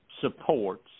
supports